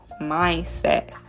mindset